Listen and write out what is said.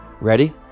Ready